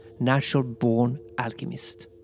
naturalbornalchemist